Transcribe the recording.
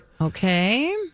Okay